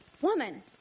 Woman